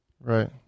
right